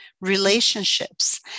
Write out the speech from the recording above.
Relationships